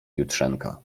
jutrzenka